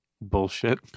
Bullshit